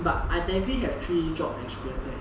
but I can give like three job actually okay lah